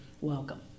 welcome